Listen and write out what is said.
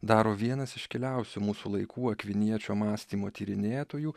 daro vienas iškiliausių mūsų laikų akviniečio mąstymo tyrinėtojų